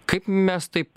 kaip mes taip